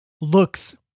looks